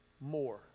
more